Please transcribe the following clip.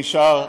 שנשאר,